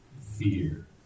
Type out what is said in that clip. fear